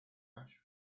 ash